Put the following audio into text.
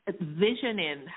Visioning